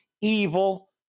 evil